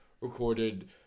recorded